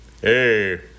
hey